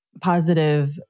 positive